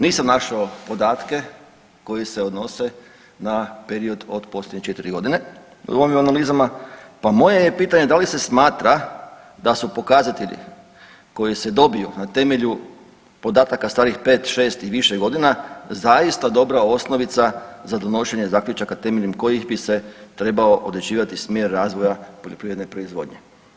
Nisam našao podatke koji se odnose na period od posljednje četiri godine … analizama pa moje je pitanje da li se smatra da su pokazatelji koji se dobiju na temelju podataka pet, šest i više godina zaista dobra osnovica za donošenje zaključaka temeljem kojih bi se trebao određivati smjer razvoja poljoprivredne proizvodnje?